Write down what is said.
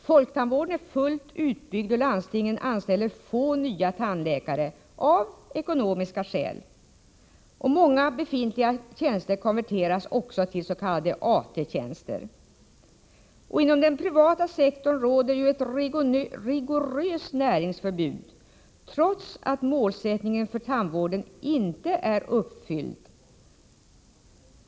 Folktandvården är fullt utbyggd, och landstingen anställer av ekonomiska skäl få nya tandläkare. Många befintliga tjänster konverteras tills.k. AT-tjänster. Inom den privata sektorn råder ett rigoröst näringsförbud, trots att målsättningen för tandvården inte är uppfylld.